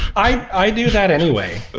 i do that anyway.